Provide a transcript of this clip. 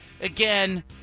Again